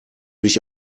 mich